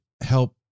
help